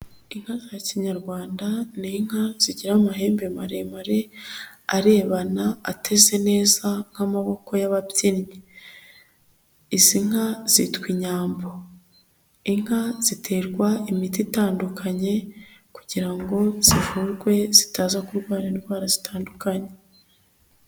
Inka za kinyarwanda ni inka zigira amahembe maremare arebana ateze neza nk'amaboko y'ababyinnyi, izi nka zitwa Inyambo, inka ziterwa imiti itandukanye kugira ngo zivurwe zitaza kurwara indwara zitandukanye.